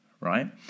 right